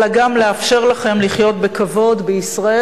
אלא גם לאפשר לכם לחיות בכבוד בישראל